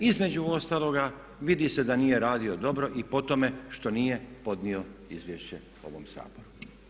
Između ostaloga vidi se da nije radio dobro i po tome što nije podnio izvješće ovom Saboru.